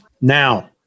now